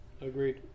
agreed